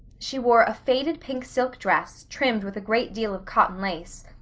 she wore a faded pink silk dress, trimmed with a great deal of cotton lace,